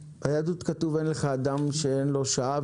ביהדות כתוב: "אין לך אדם שאין לו שעה,